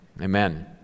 amen